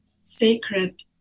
sacred